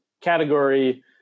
category